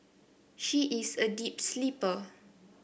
she is a deep sleeper